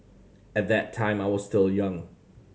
at that time I was still young